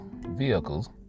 vehicles